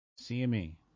CME